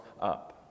up